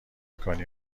کنی